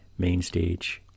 Mainstage